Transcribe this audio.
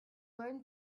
learned